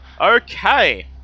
Okay